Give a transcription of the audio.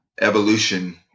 evolution